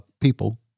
people